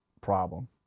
problem